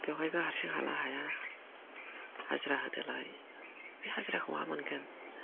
बेवहायबो हारसिं हाला हाया हाजिरा होदोलाय हाजिराखौ बहा मोनगोन